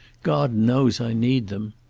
god knows i need them.